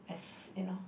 as you know